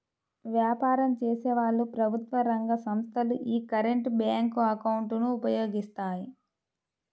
వ్యాపారం చేసేవాళ్ళు, ప్రభుత్వ రంగ సంస్ధలు యీ కరెంట్ బ్యేంకు అకౌంట్ ను ఉపయోగిస్తాయి